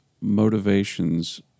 motivations